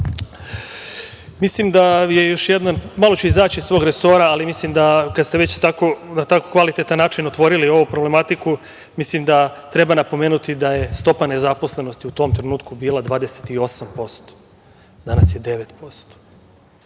Republike Srbije. Malo ću izaći iz svog resora, kada ste već na tako kvalitetan način otvorili ovu problematiku, mislim da treba napomenuti da je stopa nezaposlenosti u tom trenutku bila 28%. Danas je 9%.